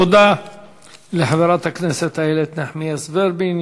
תודה לחברת הכנסת איילת נחמיאס ורבין.